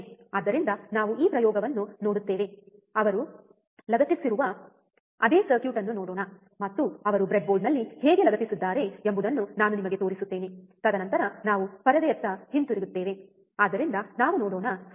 ಆದ್ದರಿಂದ ನಾವು ಈ ಪ್ರಯೋಗವನ್ನು ನೋಡುತ್ತೇವೆ ಅವರು ಲಗತ್ತಿಸಿರುವ ಅದೇ ಸರ್ಕ್ಯೂಟ್ ಅನ್ನು ನೋಡೋಣ ಮತ್ತು ಅವರು ಬ್ರೆಡ್ಬೋರ್ಡ್ನಲ್ಲಿ ಹೇಗೆ ಲಗತ್ತಿಸಿದ್ದಾರೆ ಎಂಬುದನ್ನು ನಾನು ನಿಮಗೆ ತೋರಿಸುತ್ತೇನೆ ತದನಂತರ ನಾವು ಪರದೆಯತ್ತ ಹಿಂತಿರುಗುತ್ತೇವೆ ಆದ್ದರಿಂದ ನಾವು ನೋಡೋಣ ಸರ್ಕ್ಯೂಟ್